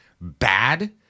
bad